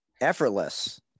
Effortless